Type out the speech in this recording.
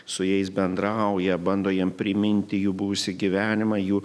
su jais bendrauja bando jiem priminti jų buvusį gyvenimą jų